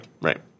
right